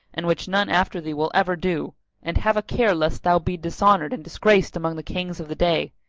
and which none after thee will ever do and have a care lest thou be dishonoured and disgraced among the kings of the day,